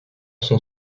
son